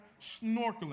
Snorkeling